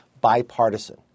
bipartisan